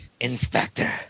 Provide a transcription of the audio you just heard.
Inspector